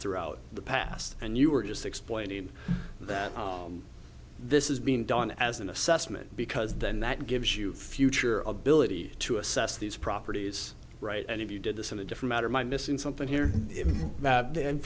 throughout the past and you were just explaining that this is being done as an assessment because then that gives you future of billet to assess these properties right and if you did this in a different matter my missing something